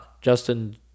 Justin